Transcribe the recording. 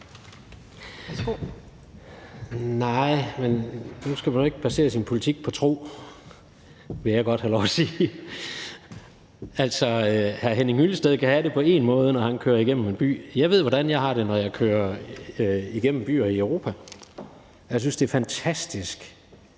(KD): Nu skal man jo ikke basere sin politik på tro, vil jeg godt have lov at sige. Altså, hr. Henning Hyllested kan have det på en måde, når han kører igennem en by. Jeg ved, hvordan jeg har det, når jeg kører igennem byer i Europa. Jeg synes, det er fantastisk,